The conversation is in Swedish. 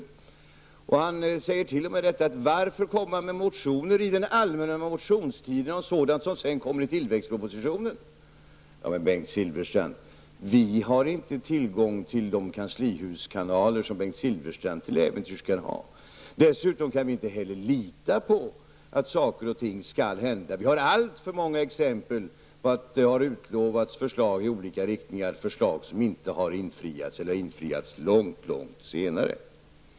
Han undrar t.o.m. varför vi väcker motioner under den allmänna motionstiden om sådant som senare kommer i tillväxtpropositionen. Men, Bengt Silfverstrand, vi har inte tillgång till de kanslihuskanaler som Bengt Silfverstrand till äventyrs kan ha. Dessutom kan vi inte heller lita på att saker och ting skall hända. Det finns alltför många exempel på att det har utlovats förslag i olika riktningar, förslag som inte har infriats eller infriats långt senare.